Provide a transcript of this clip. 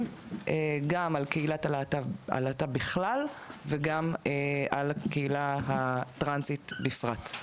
גם על קהילת הלהט"ב בכלל וגם על הקהילה הטרנסים בפרט.